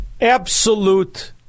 Absolute